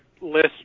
list